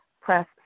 press